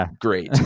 great